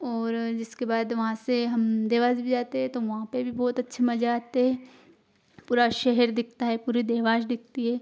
और जिसके बाद वहाँ से हम देवास भी जाते हैं तो वहाँ पर भी अच्छा मज़ा आता हैं पूरा शहर दिखता है पूरी देवास दिखती है